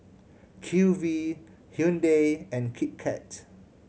Q V Hyundai and Kit Kat